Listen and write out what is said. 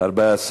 הסביבה נתקבלה.